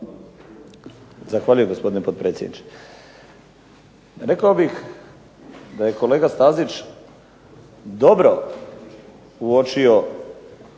Zahvaljujem gospodine potpredsjedniče. Rekao bih da je kolega Stazić dobro uočio